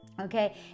okay